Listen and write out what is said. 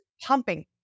pumping